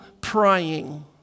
praying